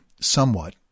somewhat